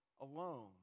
alone